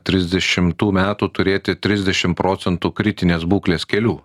trisdešimtų metų turėti trisdešim procentų kritinės būklės kelių